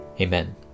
Amen